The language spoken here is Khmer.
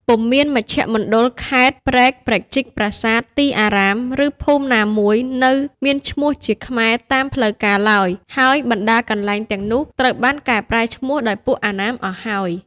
ពុំមានមជ្ឈមណ្ឌល ខេត្ត ព្រែក ព្រែកជីក ប្រាសាទ ទីអារ៉ាម ឬភូមិណាមួយ នៅមានឈ្មោះជាខ្មែរតាមផ្លូវការឡើយ ហើយបណ្តាកន្លែងទាំងនោះត្រូវបានកែប្រែឈ្មោះដោយពួកអណ្ណាមអស់ហើយ ។